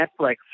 Netflix